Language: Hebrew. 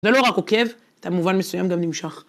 זה לא רק עוקב, אתה במובן מסוים גם נמשך.